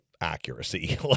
accuracy